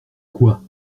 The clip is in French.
quoi